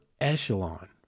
echelon